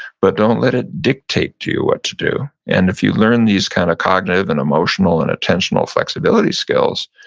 but don't let it dictate to you what to do. and if you learn these kinds kind of cognitive and emotional and attentional flexibility skills,